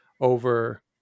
over